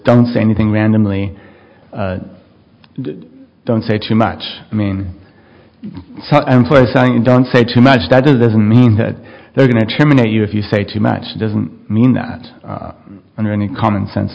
don't say anything randomly don't say too much i mean don't say too much that doesn't mean that they're going to chairman at you if you say too much doesn't mean that under any common sense